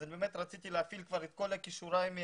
רציתי להפעיל את כל כישוריי.